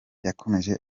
yakomeje